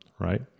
Right